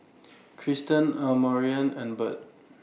Kristyn Amarion and Bird